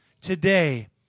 today